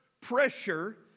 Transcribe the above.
pressure